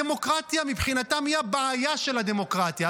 הדמוקרטיה מבחינתם היא הבעיה של הדמוקרטיה,